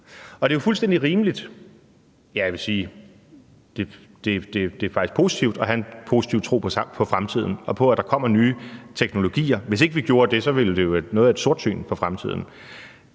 jeg vil faktisk sige positivt at have en positiv tro på fremtiden og på, at der kommer nye teknologier. Hvis ikke vi gjorde det, ville det jo være noget af et sortsyn på fremtiden.